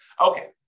Okay